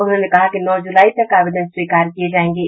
उन्होंने कहा कि नौ जुलाई तक आवेदन स्वीकार किये जायेंगे